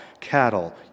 Cattle